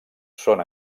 són